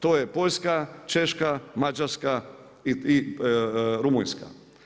To je Poljska, Češka, Mađarska i Rumunjska.